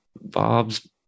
bob's